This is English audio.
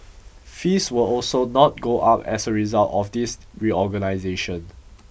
fees will also not go up as a result of this reorganization